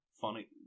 funny